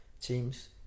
teams